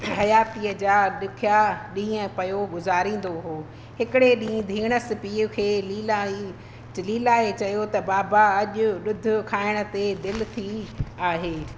हयातीअ जा ॾुखिया ॾींहं पियो गुज़ारींदो हुओ हिकिड़े ॾींहुं धीणसि पीउ खे लीला ई लीला खे चयो त बाबा अॼु ॾुधु खाइण ते दिल थी आहे